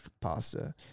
pasta